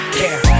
care